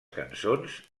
cançons